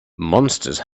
monsters